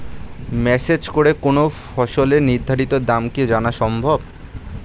Message করে কোন ফসলের নির্ধারিত দাম কি জানা সম্ভব?